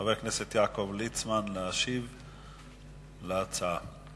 חבר הכנסת יעקב ליצמן, להשיב על ההצעה.